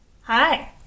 Hi